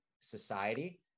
society